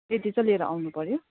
त्यति त लिएर आउनुपऱ्यो